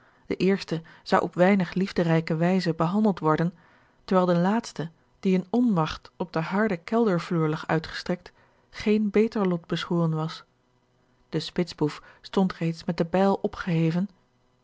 de eerste zou op weinig liefderijke wijze behandeld worden terwijl den laatste die in onmagt op den harden keldervloer lag uitgestrekt geen beter lot beschoren was de spitsboef stond reeds met de bijl opgeheven